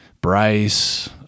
Bryce